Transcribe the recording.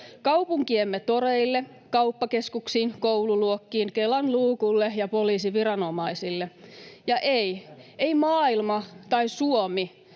kaupunkiemme toreille, kauppakeskuksiin, koululuokkiin, Kelan luukulle ja poliisiviranomaisille. Ja ei, ei maailma tai Suomi